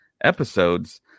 episodes